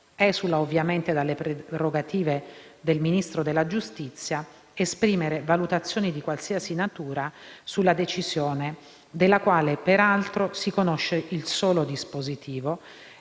Esula, ovviamente, dalle prerogative del Ministro della giustizia esprimere valutazioni di qualsiasi natura sulla decisione, della quale peraltro si conosce il solo dispositivo,